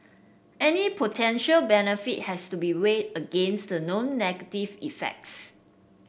any potential benefit has to be weighed against the known negative effects